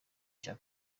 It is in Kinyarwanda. cya